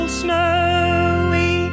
snowy